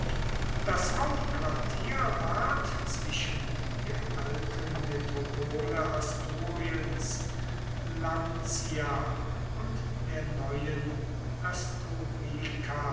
das hauptquartier ward zwischen der alten metropole asturiens lancia und der neuen